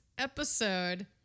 episode